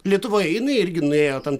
lietuvoje jinai irgi nuėjo tam